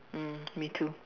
mm me too